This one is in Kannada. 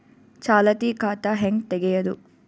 ಚಾಲತಿ ಖಾತಾ ಹೆಂಗ್ ತಗೆಯದು?